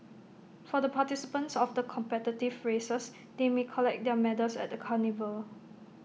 for the participants of the competitive races they may collect their medals at the carnival